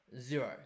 Zero